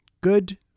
good